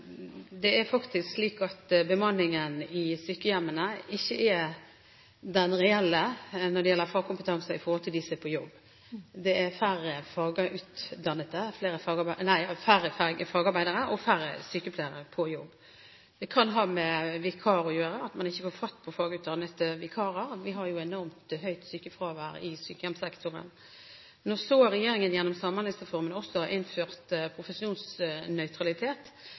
at det faktisk er slik at bemanningen i sykehjemmene ikke er den reelle når det gjelder fagkompetansen til dem som er på jobb. Det er færre fagarbeidere og færre sykepleiere på jobb. Det kan ha å gjøre med at man ikke får fatt i fagutdannede vikarer. Vi har jo enormt høyt sykefravær i sykehjemssektoren. Når så regjeringen gjennom Samhandlingsreformen også innførte profesjonsnøytralitet, tilsier det at dette ikke uten videre er feil, at man gjerne kan ha